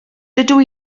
dydw